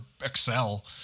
Excel